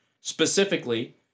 specifically